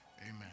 Amen